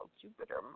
Jupiter